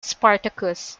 spartacus